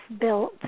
built